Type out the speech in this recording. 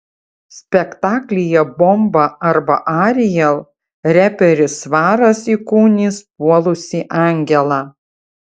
spektaklyje bomba arba ariel reperis svaras įkūnys puolusį angelą